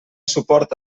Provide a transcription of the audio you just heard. suport